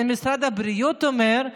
זה משרד הבריאות אומר,